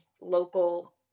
local